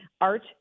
art